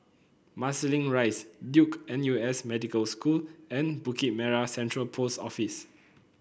Marsiling Rise Duke N U S Medical School and Bukit Merah Central Post Office